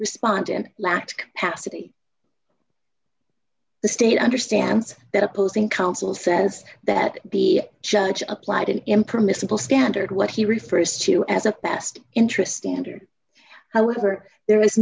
respondent lack habsi the state understands that opposing counsel says that the judge applied an impermissible standard what he refers to as a best interest dander however there